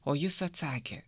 o jis atsakė